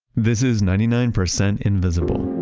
this is ninety nine percent invisible